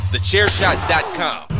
TheChairShot.com